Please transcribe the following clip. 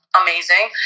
amazing